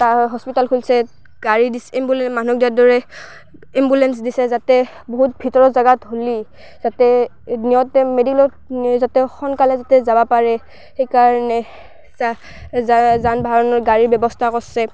তাৰ হস্পিতাল খুলিছে গাড়ী দিছ এম্বুলেন্স দিছে মানুহক দিয়াৰ দৰেই এম্বুলেন্স দিছে যাতে বহুত ভিতৰৰ জেগাত হ'লে যাতে নিওঁতে মেডিকেলত নিওঁ যাতে সোনকালে যাতে যাব পাৰে সেইকাৰণে যান বাহানৰ গাড়ীৰ ব্যৱস্থা কৰিছে